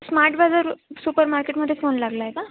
smart Bazaar super मार्केटमध्ये phone लागला आहे का